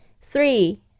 Three